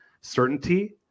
certainty